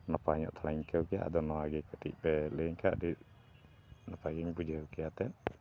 ᱱᱟᱯᱟᱭ ᱧᱚᱜ ᱛᱷᱚᱲᱟᱧ ᱟᱹᱭᱠᱟᱹᱣ ᱠᱮᱭᱟ ᱟᱫᱚ ᱱᱚᱣᱟ ᱜᱮ ᱠᱟᱹᱴᱤᱡ ᱯᱮ ᱞᱟᱹᱭᱟᱹᱧ ᱠᱷᱟᱱ ᱟᱹᱰᱤ ᱱᱟᱯᱟᱭ ᱜᱮᱧ ᱵᱩᱡᱷᱟᱹᱣ ᱠᱮᱭᱟ ᱮᱱᱛᱮ